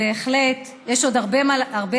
ובהחלט יש עוד הרבה עבודה.